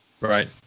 Right